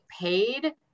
paid